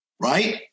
Right